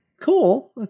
Cool